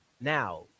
Now